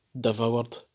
devoured